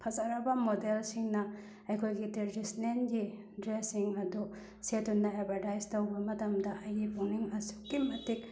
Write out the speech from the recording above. ꯐꯖꯔꯕ ꯃꯣꯗꯦꯜꯁꯤꯡꯅ ꯑꯩꯈꯣꯏꯒꯤ ꯇ꯭ꯔꯦꯗꯤꯁꯟꯅꯦꯜꯒꯤ ꯗ꯭ꯔꯦꯁꯁꯤꯡ ꯑꯗꯨ ꯁꯦꯠꯇꯨꯅ ꯑꯦꯕꯔꯇꯥꯏꯖ ꯇꯧꯕ ꯃꯇꯝꯗ ꯑꯩꯒꯤ ꯄꯨꯛꯅꯤꯡ ꯑꯁꯨꯛꯀꯤ ꯃꯇꯤꯛ